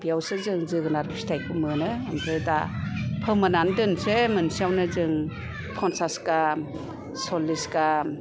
बेवसो जों जोगोनार फिथाइखौ मोनो ओमफ्राय दा फोमोननानै दोनसै मोनसेआवनो जों फनसास गाहाम सललिस गाहाम